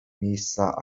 miejscach